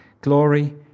Glory